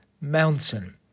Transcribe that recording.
mountain